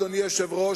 אדוני היושב-ראש,